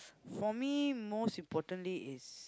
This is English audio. for me most importantly is